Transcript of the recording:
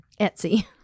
Etsy